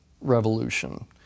revolution